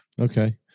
Okay